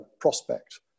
prospect